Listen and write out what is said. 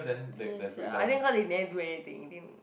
ya sia I mean how did they do anything they didn't